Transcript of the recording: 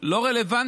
לא יהיו רלוונטיים,